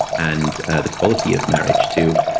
and the quality of marriage too.